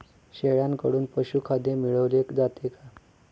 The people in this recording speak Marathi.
शेळ्यांकडून पशुखाद्य मिळवले जाते का?